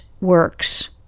works